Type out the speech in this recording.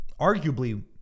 arguably